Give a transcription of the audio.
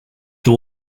the